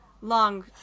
long